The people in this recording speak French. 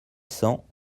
cents